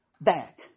back